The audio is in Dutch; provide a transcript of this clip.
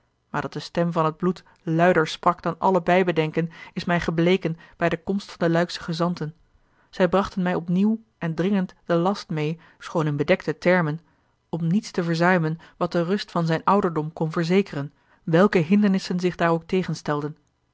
maar dat de stem van het bloed luider sprak dan alle bijbedenken is mij gebleken bij de komst van de luiksche a l g bosboom-toussaint de delftsche wonderdokter eel ij brachten mij opnieuw en dringend den last meê schoon in bedekte termen om niets te verzuimen wat de rust van zijn ouderdom kon verzekeren welke hindernissen zich daar ook